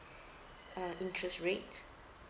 uh interest rate